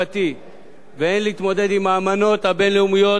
והן להתמודד עם האמנות הבין-לאומיות שהיא חתומה עליהן,